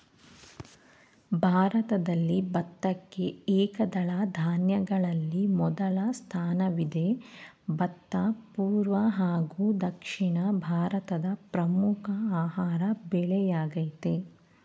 ಭಾರತದಲ್ಲಿ ಭತ್ತಕ್ಕೆ ಏಕದಳ ಧಾನ್ಯಗಳಲ್ಲಿ ಮೊದಲ ಸ್ಥಾನವಿದೆ ಭತ್ತ ಪೂರ್ವ ಹಾಗೂ ದಕ್ಷಿಣ ಭಾರತದ ಪ್ರಮುಖ ಆಹಾರ ಬೆಳೆಯಾಗಯ್ತೆ